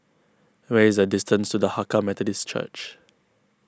what is the distance to the Hakka Methodist Church